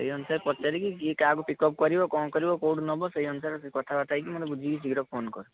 ସେଇ ଅନୁସାରେ ପଚାରିକି କିଏ କାହାକୁ ପିକ୍ ଅପ୍ କରିବ କ'ଣ କରିବ କେଉଁଠୁ ନେବ ସେଇ ଅନୁସାରେ କଥାବାର୍ତ୍ତା ହେଇକି ମୋତେ ବୁଝିକି ଶୀଘ୍ର ଫୋନ୍ କର